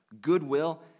goodwill